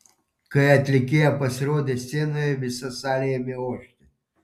kai atlikėja pasirodė scenoje visa salė ėmė ošti